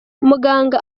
muganga